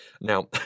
Now